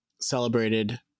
celebrated